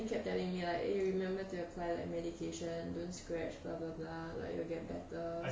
then kept telling me like eh remember to apply like medication don't scratch blah blah blah like will get better